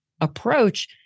approach